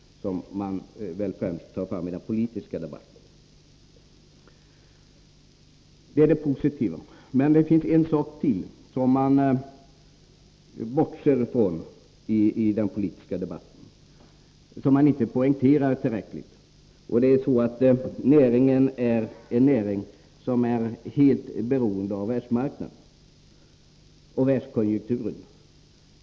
Det är väl dessa som man främst tar fram i den politiska debatten. Detta är det positiva. Men det finns en annan sak, som man bortser från i den politiska debatten och inte poängterar tillräckligt. Skogsnäringen är en näring som är helt beroende av världsmarknaden och världskonjunturen.